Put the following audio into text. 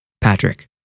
Patrick